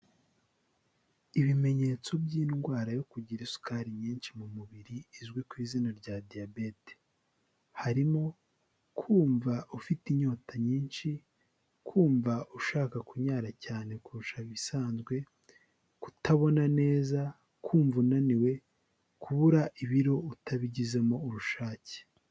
Ibimenyetso by'indwara yo kugira isukari nyinshi mu mubiri izwi ku izina rya "Diyabete", harimo kumva ufite inyota nyinshi, kumva ushaka kunyara cyane kurusha ibisanzwe, kutabona neza, kumva unaniwe kubura ibiro utabigizemo ubushake.